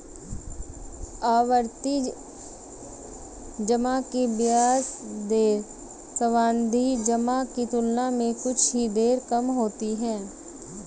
आवर्ती जमा की ब्याज दरें सावधि जमा की तुलना में कुछ ही कम होती हैं